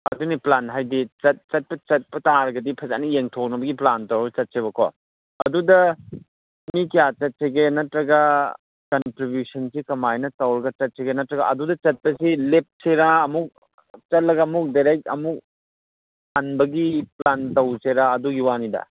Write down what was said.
ꯑꯗꯨꯅꯤ ꯄ꯭ꯂꯥꯟ ꯍꯥꯏꯗꯤ ꯆꯠꯄ ꯇꯥꯔꯒꯗꯤ ꯐꯖꯅ ꯌꯦꯡꯊꯣꯛꯅꯕꯒꯤ ꯄ꯭ꯂꯥꯟ ꯇꯧꯔ ꯆꯠꯁꯦꯕꯀꯣ ꯑꯗꯨꯗ ꯃꯤ ꯀꯌꯥ ꯆꯠꯁꯤꯒꯦ ꯅꯠꯇ꯭ꯔꯒ ꯀꯟꯇ꯭ꯔꯤꯕꯤꯎꯁꯟꯁꯤ ꯀꯃꯥꯏꯅ ꯇꯧꯔꯒ ꯆꯠꯁꯤꯒꯦ ꯅꯠꯇ꯭ꯔꯒ ꯑꯗꯨꯗ ꯆꯠꯄꯁꯤ ꯂꯦꯞꯁꯤꯔ ꯑꯃꯨꯛ ꯆꯠꯂꯒ ꯑꯃꯨꯛ ꯗꯦꯔꯦꯛ ꯑꯃꯨꯛ ꯍꯟꯕꯒꯤ ꯄ꯭ꯂꯥꯟ ꯇꯧꯁꯤꯔ ꯑꯗꯨꯒꯤ ꯋꯥꯅꯤꯗ